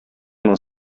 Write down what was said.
non